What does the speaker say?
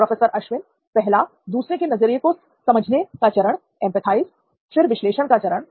professor Ashwin पहला दूसरे के नज़रिये को समझने का चरण फिर विश्लेषण का चरण